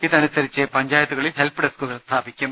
ഇതനുസരിച്ച് പഞ്ചായത്തുകളിൽ ഹെൽപ് ഡെസ്കുകൾ സ്ഥാപിക്കും